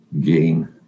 gain